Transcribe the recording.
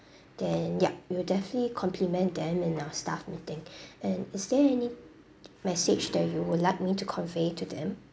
then yup we'll definitely compliment them in our staff meeting and is there any message that you would like me to convey to them